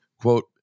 quote